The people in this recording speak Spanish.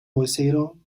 vocerío